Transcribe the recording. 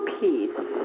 peace